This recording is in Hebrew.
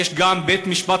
יש גם בית-משפט,